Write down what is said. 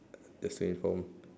just to inform